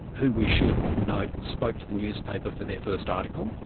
who we should note spoke to the newspaper for their first article,